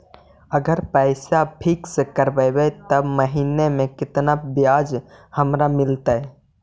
अगर पैसा फिक्स करबै त महिना मे केतना ब्याज हमरा मिलतै?